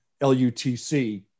LUTC